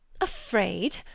Afraid